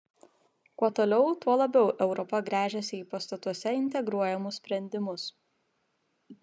kuo toliau tuo labiau europa gręžiasi į pastatuose integruojamus sprendimus